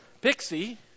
Pixie